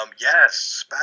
Yes